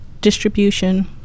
distribution